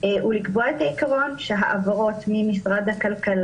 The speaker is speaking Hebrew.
הוא לקבוע את העיקרון שההעברות בעלות